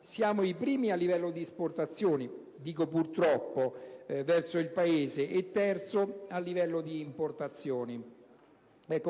Siamo i terzi a livello di esportazioni (dico: purtroppo) verso il Paese e primi a livello di importazioni.